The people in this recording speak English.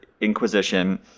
inquisition